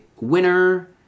Winner